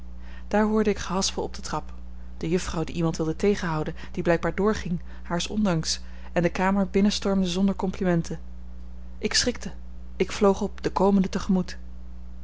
daar hoorde ik gehaspel op de trap de juffrouw die iemand wilde tegenhouden die blijkbaar doorging haars ondanks en de kamer binnenstormde zonder complimenten ik schrikte ik vloog op den komende